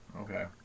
Okay